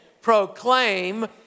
proclaim